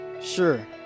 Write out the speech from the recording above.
Sure